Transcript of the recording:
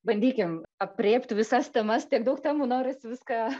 bandykim aprėpt visas temas tiek daug temų noris viską